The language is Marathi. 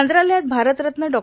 मंत्रालयात भारतरत्न डॉ